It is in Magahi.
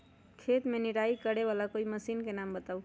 खेत मे निराई करे वाला कोई मशीन के नाम बताऊ?